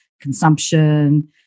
consumption